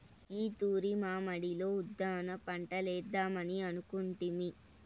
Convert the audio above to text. ఈ తూరి మా మడిలో ఉద్దాన పంటలేద్దామని అనుకొంటిమి